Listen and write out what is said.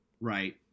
Right